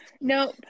No